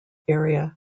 area